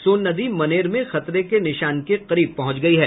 सोन नदी मनेर में खतरे के निशान के करीब पहुंच गयी है